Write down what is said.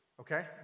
Okay